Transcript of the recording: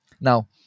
Now